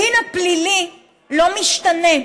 הדין הפלילי לא משתנה,